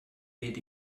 fehlt